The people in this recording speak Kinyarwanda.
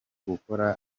guhora